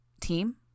Team